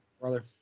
brother